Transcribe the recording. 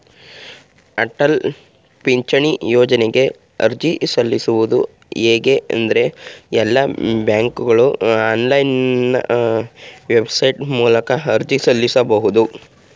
ಅಟಲ ಪಿಂಚಣಿ ಯೋಜ್ನಗೆ ಅರ್ಜಿ ಸಲ್ಲಿಸುವುದು ಹೇಗೆ ಎಂದ್ರೇ ಎಲ್ಲಾ ಬ್ಯಾಂಕ್ಗಳು ಆನ್ಲೈನ್ ವೆಬ್ಸೈಟ್ ಮೂಲಕ ಅರ್ಜಿ ಸಲ್ಲಿಸಬಹುದು